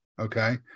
okay